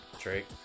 Drake